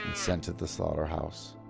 sent to the slaughterhouse.